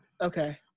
Okay